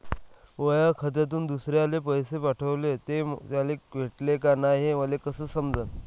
माया खात्यातून दुसऱ्याले पैसे पाठवले, ते त्याले भेटले का नाय हे मले कस समजन?